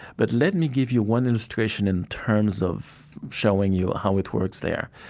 but let me give you one illustration in terms of showing you how it works there.